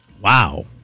Wow